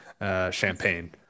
Champagne